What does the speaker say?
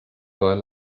todas